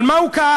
על מה הוא כעס?